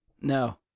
No